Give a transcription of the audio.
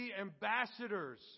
ambassadors